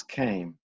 came